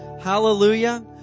Hallelujah